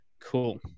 cool